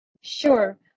Sure